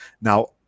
Now